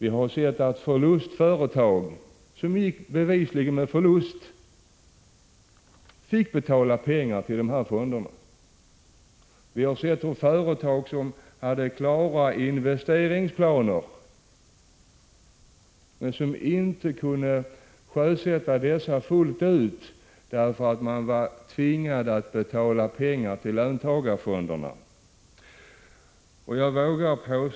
Förlustföretag — alltså företag som bevisligen gått med förlust — har fått betala pengar till fonderna. Företag som haft klara investeringsplaner har inte kunnat sjösätta dessa fullt ut därför att de har varit tvingade att betala pengar till löntagarfonderna.